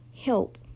help